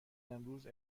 امروز